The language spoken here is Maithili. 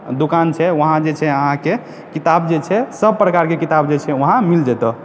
दोकान छै वहाँ जे छै अहाँके किताब जे छै सभ परकारके किताब जे छै वहाँ मिल जेतय